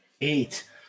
Eight